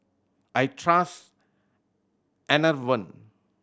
I trust Enervon